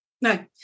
no